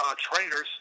trainers